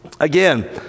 Again